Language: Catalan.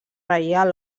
reial